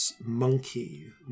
monkey